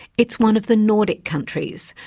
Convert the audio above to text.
it's one of the nordic countries,